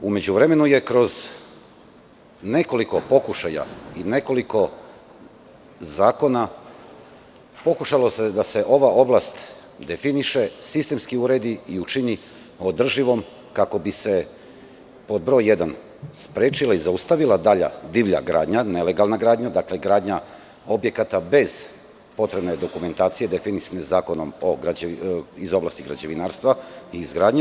U međuvremenu se kroz nekoliko pokušaja i nekoliko zakona pokušalo da se ova oblast definiše, sistemski uredi i učini održivom, kako bi se sprečila i zaustavila dalja divlja gradnja, nelegalna gradnja, gradnja objekata bez potrebne dokumentacije definisane zakonom iz oblasti građevinarstva i izgradnje.